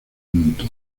punto